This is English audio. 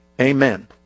Amen